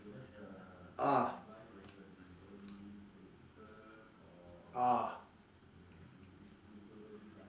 ah ah